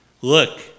Look